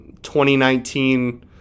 2019